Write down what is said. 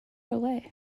away